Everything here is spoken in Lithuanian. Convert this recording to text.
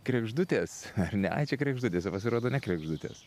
kregždutės ar ne ai čia kregždutės o pasirodo ne kregždutės